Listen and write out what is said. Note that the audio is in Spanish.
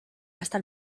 hasta